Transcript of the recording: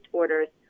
orders